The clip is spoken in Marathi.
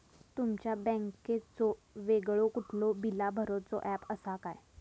तुमच्या बँकेचो वेगळो कुठलो बिला भरूचो ऍप असा काय?